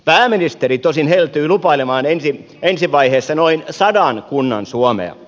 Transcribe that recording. pääministeri tosin heltyi lupailemaan ensi vaiheessa noin sadan kunnan suomea